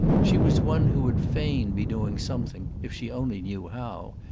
she was one who would fain be doing something if she only knew how,